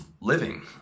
living